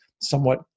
somewhat